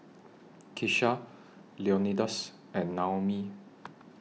Kisha Leonidas and Naomi